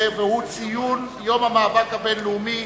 והוא ציון יום המאבק הבין-לאומי